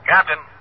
Captain